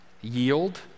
Yield